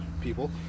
people